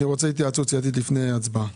רוצה התייעצות סיעתית לפני הצבעה.